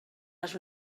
les